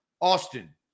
Austin